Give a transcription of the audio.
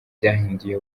byahinduye